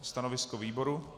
Stanovisko výboru?